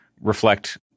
reflect